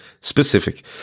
Specific